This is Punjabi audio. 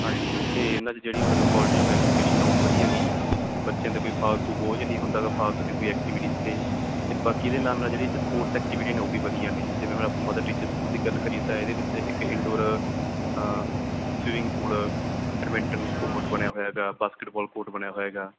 ਹਾਂਜੀ ਅਤੇ ਇਹਨਾਂ ਦੀ ਜਿਹੜੀ ਮਤਲਬ ਕੁਆਲਿਟੀ ਔਫ ਐਜੂਕੇਸ਼ਨ ਉਹ ਵੀ ਵਧੀਆ ਗੀ ਬੱਚਿਆਂ ਦੇ ਕੋਈ ਫਾਲਤੂ ਬੋਝ ਨਹੀਂ ਹੁੰਦਾ ਗਾ ਫਾਲਤੂ 'ਤੇ ਕੋਈ ਐਕਟੀਵਿਟੀਜ਼ 'ਤੇ ਬਾਕੀ ਇਹਦੇ ਨਾਲ ਨਾਲ ਜਿਹੜੇ ਸਪੋਰਟ ਐਕਟੀਵਿਟੀ ਨੇ ਉਹ ਵੀ ਵਧੀਆ ਨੇ ਜਿਵੇਂ ਹੁਣ ਆਪਾਂ ਮਦਰ ਟੀਚਰ ਸਕੂਲ ਦੀ ਗੱਲ ਕਰੀਏ ਤਾਂ ਇਹਦੇ ਵਿੱਚ ਇੱਕ indoor swimming pool badminton court ਬਣਿਆ ਹੋਇਆ ਇਹਦਾ ਬਾਸਕਿਟਬੋਲ ਕੋਟ ਬਣਿਆ ਹੋਇਆ ਗਾ